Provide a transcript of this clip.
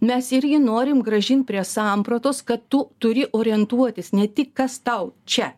mes irgi norim grąžint prie sampratos kad tu turi orientuotis ne tik kas tau čia